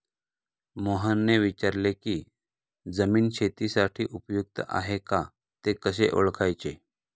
मोहनने विचारले की जमीन शेतीसाठी उपयुक्त आहे का ते कसे ओळखायचे?